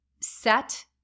set